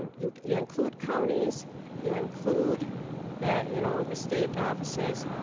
um you you include counties you include the you know the state offices.